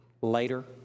later